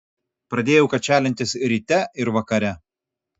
pradėjau kačialintis ryte ir vakare